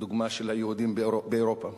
הדוגמה של היהודים באירופה,